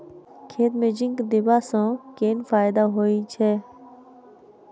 खेत मे जिंक देबा सँ केँ फायदा होइ छैय?